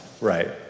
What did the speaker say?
Right